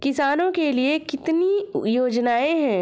किसानों के लिए कितनी योजनाएं हैं?